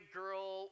girl